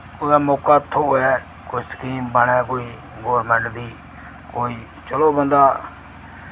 कुतै मौका थ्होऐ कोई स्कीम बनै कोई गोरमैंट दी कोई चलो बंदा